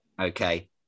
Okay